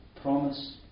promise